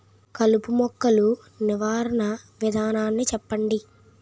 కలుపు మొక్కలు నివారణ విధానాన్ని చెప్పండి?